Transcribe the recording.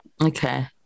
Okay